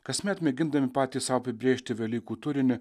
kasmet mėgindami patys sau apibrėžti velykų turinį